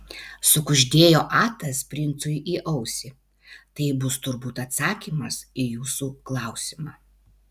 sukuždėjo atas princui į ausį tai bus turbūt atsakymas į jūsų klausimą